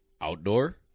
Outdoor